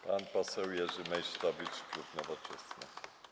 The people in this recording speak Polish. Pan poseł Jerzy Meysztowicz, klub Nowoczesna.